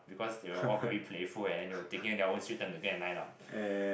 because they were all very playful and then they were taking their own sweet time to go and line up